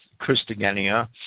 Christagenia